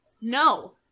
no